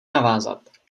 navázat